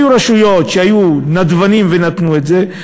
היו רשויות שהיו נדבנים ונתנו את זה,